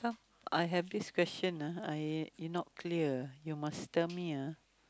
come I have this question ah I you not clear you must tell me ah